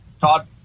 Todd